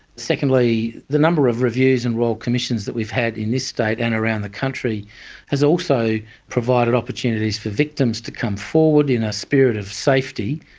secondly the number of reviews and royal commissions that we've had in this state and around the country has also provided opportunities for victims to come forward in a spirit of safety,